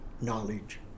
knowledge